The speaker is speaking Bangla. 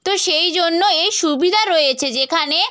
তো সেই জন্য এই সুবিধা রয়েছে যেখানে